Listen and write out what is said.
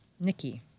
Nikki